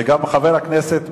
וגם חבר הכנסת בן-ארי.